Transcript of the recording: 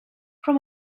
from